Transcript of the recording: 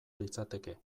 litzateke